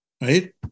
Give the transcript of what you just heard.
right